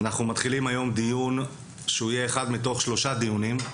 אנחנו מתחילים היום דיון שהוא יהיה אחד מתוך שלושה דיונים,